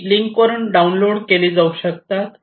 ती लिंक वरून डाउनलोड केली जाऊ शकतात